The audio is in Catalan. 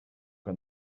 que